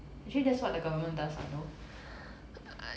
actually that's what the government does what no